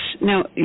Now